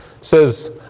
says